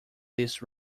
this